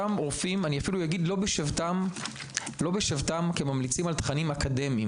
אותם רופאים אני אפילו אגיד לא בשבתם כממליצים על תכנים אקדמיים,